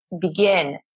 begin